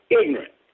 ignorant